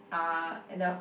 uh in the